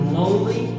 lonely